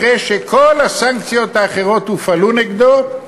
אחרי שכל הסנקציות האחרות הופעלו נגדו,